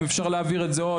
אפשר להעביר את זה עוד,